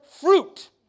fruit